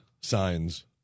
signs